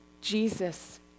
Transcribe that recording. Jesus